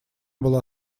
была